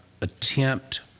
attempt